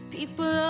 People